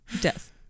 Death